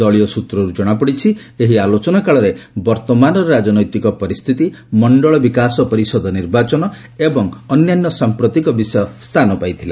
ଦଳୀୟ ସୂତ୍ରରୁ ଜଣାପଡ଼ିଛି ଏହି ଆଲୋଚନା କାଳରେ ବର୍ତ୍ତମାନର ରାଜନୈତିକ ପରିସ୍ଥିତି ମଣ୍ଡଳ ବିକାଶ ପରିଷଦ ନିର୍ବାଚନ ଏବଂ ଅନ୍ୟାନ୍ୟ ସାମ୍ପ୍ରତିକ ବିଷୟ ସ୍ଥାନ ପାଇଥିଲା